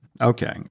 Okay